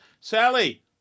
Sally